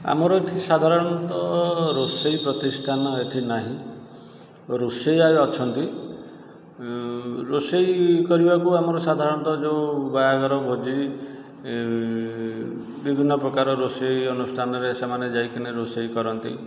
ଆମର ଏଠି ସାଧାରଣତଃ ରୋଷେଇ ପ୍ରତିଷ୍ଠାନ ଏଠି ନାହିଁ ରୋଷେୟା ଅଛନ୍ତି ରୋଷେଇ କରିବାକୁ ଆମର ସାଧାରଣତଃ ଯେଉଁ ବାହାଘର ଭୋଜି ବିଭିନ୍ନ ପ୍ରକାର ରୋଷେଇ ଅନୁଷ୍ଠାନରେ ସେମାନେ ଯାଇକିନା ରୋଷେଇ କରନ୍ତି